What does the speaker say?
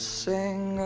sing